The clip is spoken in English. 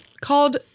called